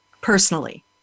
personally